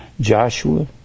Joshua